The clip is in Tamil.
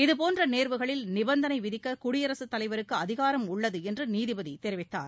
இதுபோன்ற நேர்வுகளில் நிபந்தனை விதிக்க குடியரசுத் தலைவருக்கு அதிகாரம் உள்ளது என்று நீதிபதி தெரிவித்தார்